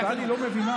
אבל טלי לא מבינה.